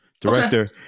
director